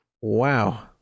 wow